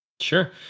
sure